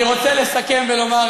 אני רוצה לסכם ולומר,